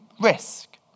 risk